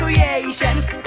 Creations